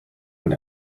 and